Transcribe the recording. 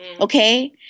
Okay